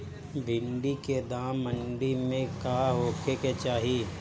भिन्डी के दाम मंडी मे का होखे के चाही?